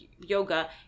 yoga